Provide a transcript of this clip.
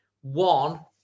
one